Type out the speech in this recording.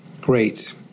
Great